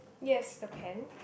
yes the pen